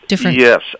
Yes